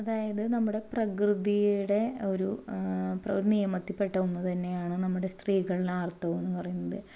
അതായത് നമ്മുടെ പ്രകൃതിയുടെ ഒരു നിയമത്തിൽപ്പെട്ട ഒന്നു തന്നെയാണ് നമ്മുടെ സ്ത്രീകളിൽ ആർത്തവം എന്ന് പറയുന്നത്